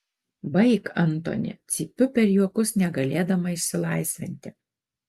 baik antoni cypiu per juokus negalėdama išsilaisvinti